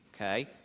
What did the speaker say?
okay